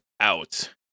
out